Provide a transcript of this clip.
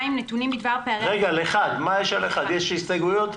יש הסתייגות?